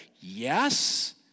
Yes